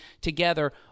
together